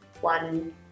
one